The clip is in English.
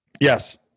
yes